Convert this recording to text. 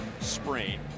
sprain